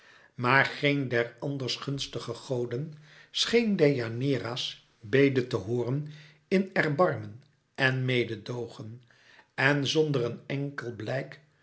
maar geen der anders gunstige goden scheen deianeira's bede te hooren in erbarmen en mededoogen en zonder een enkel blijk